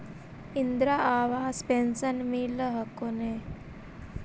इन्द्रा आवास पेन्शन मिल हको ने?